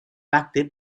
pacte